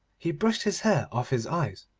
he brushed his hair off his eyes.